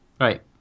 Right